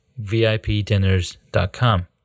VIPdinners.com